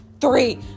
three